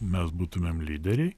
mes būtumėm lyderiai